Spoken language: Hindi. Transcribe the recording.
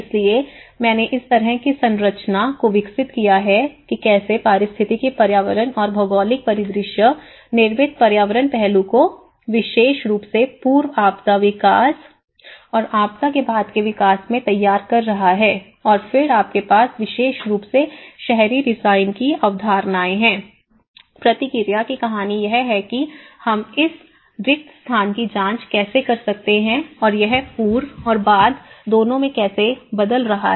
इसलिए मैंने इस तरह की संरचना को विकसित किया है कि कैसे पारिस्थितिक पर्यावरण और भौगोलिक परिदृश्य निर्मित पर्यावरण पहलू को विशेष रूप से पूर्व आपदा विकास और आपदा के बाद के विकास में तैयार कर रहा है और फिर आपके पास विशेष रूप से शहरी डिजाइन की अवधारणाएं हैं प्रतिक्रिया की कहानी यह है कि हम इस रिक्त स्थान की जांच कैसे कर सकते हैं और यह पूर्व और बाद दोनों में कैसे बदल रहा है